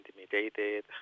intimidated